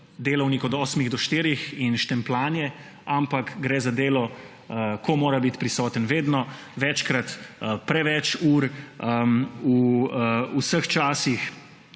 delavnik od osmih do štirih in štempljanje, ampak gre za delo, ko mora biti prisoten vedno, večkrat, preveč ur v vseh časih.